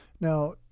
Now